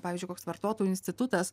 pavyzdžiui koks vartotojų institutas